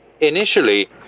Initially